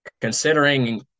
considering